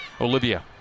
Olivia